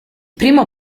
primo